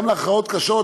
גם להכרעות קשות,